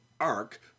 Ark